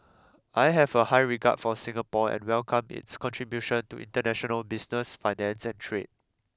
I have a high regard for Singapore and welcome its contribution to international business finance and trade